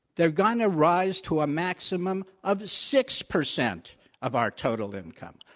they're going to rise to a maximum of six percent of our total income,